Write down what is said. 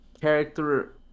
character